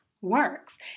works